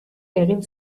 egin